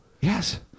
Yes